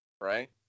Right